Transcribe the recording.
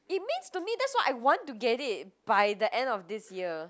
it means to me that's why I want to get it by the end of this year